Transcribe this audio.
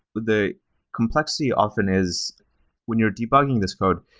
the complexity often is when you're debugging this code,